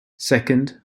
second